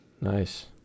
Nice